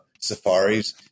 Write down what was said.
safaris